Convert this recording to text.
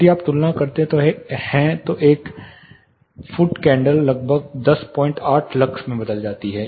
यदि आप तुलना करते हैं तो एक पैर की मोमबत्ती लगभग 108 लक्स में बदल जाती है